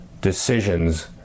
decisions